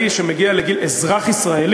השר,